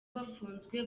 bafunzwe